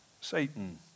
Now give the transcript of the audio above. Satan